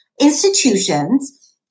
institutions